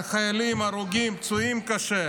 חיילים, הרוגים, פצועים קשה,